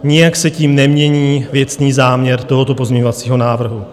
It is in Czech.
Nijak se tím nemění věcný záměr tohoto pozměňovacího návrhu.